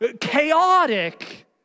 chaotic